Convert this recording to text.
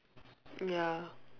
ya